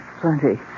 plenty